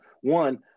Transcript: one